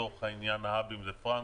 לצורך העניין האבים זה פרנקפורט,